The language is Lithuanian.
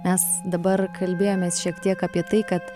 mes dabar kalbėjomės šiek tiek apie tai kad